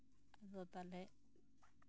ᱛᱟᱦᱚᱞᱮ